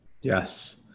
Yes